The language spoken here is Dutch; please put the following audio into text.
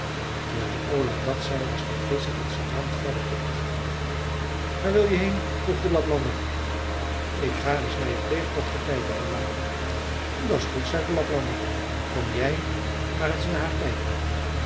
terwijl ola dat zei was de visscher het strand verder opgegaan waar wil je heen vroeg de laplander ik ga eens naar je pleegdochter kijken ola dat is goed zei de laplander kom jij maar eens naar haar kijken